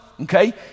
okay